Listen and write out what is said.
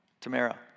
Tamara